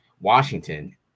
Washington